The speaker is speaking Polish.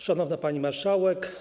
Szanowna Pani Marszałek!